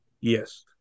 Yes